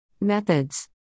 Methods